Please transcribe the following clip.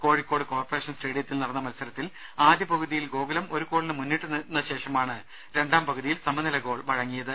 Kozhikode corporation സ്റ്റേഡിയത്തിൽ നടന്ന മത്സരത്തിൽ ആദ്യപകുതിയിൽ ഗോകുലം ഒരു ഗോളിന് മുന്നിട്ട് നിന്ന ശേഷമാണ് രണ്ടാം പകുതിയിൽ സമനില ഗോൾ വഴങ്ങിയത്